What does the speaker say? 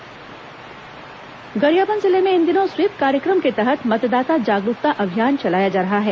मतदान शपथ गरियाबंद जिले में इन दिनों स्वीप कार्यक्रम के तहत मतदाता जागरूकता अभियान चलाया जा रहा है